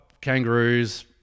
kangaroos